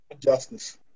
justice